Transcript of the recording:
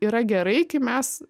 yra gerai kai mes